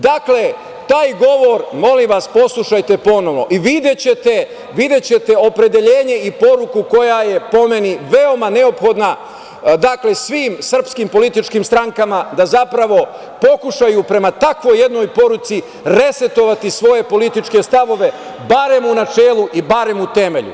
Dakle, taj govor, molim vas, poslušajte ponovo i videćete opredeljenje i poruku koja je, po meni, veoma neophodna svim srpskim političkim strankama da zapravo pokušaju prema takvoj jednoj poruci resetovati svoje političke stavove, barem u načelu i barem u temelju.